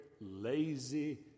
lazy